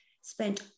spent